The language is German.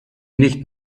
nicht